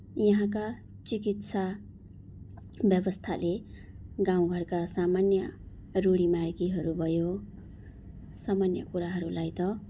यहाँका चिकित्सा व्यवस्थाले गाउँ घरका सामान्य रुघा मार्गीहरू भयो सामान्य कुराहरूलाई त